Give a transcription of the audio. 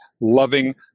loving